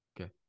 okay